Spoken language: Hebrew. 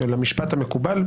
של המשפט המקובל,